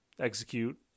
execute